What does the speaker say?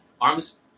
Arms